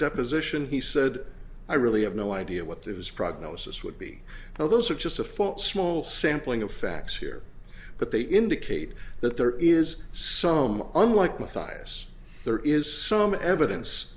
deposition he said i really have no idea what that his prognosis would be now those are just a for a small sampling of facts here but they indicate that there is some unlike mathias there is some evidence